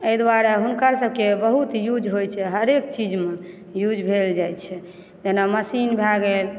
एहि दुआरे हुनका सबके बहुत यूज होइ छै हरेक चीजमे यूज भेल जाइ छै जेना मशीन भए गेल